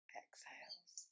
exhales